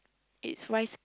it's rice